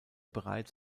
bereits